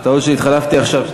התחלפתי עכשיו.